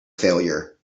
failure